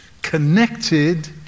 connected